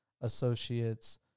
associates